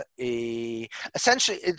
essentially